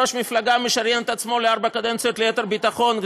עצמו לארבע קדנציות ליתר ביטחון,